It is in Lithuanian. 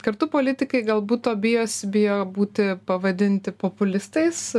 kartu politikai galbūt to bijosi bijo būti pavadinti populistais